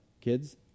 kids